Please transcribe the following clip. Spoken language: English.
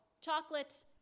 chocolate